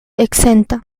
exenta